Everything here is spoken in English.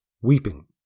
weeping